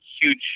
huge